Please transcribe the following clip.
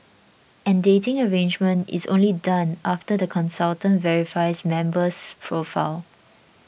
and dating arrangement is only done after the consultant verifies member's profile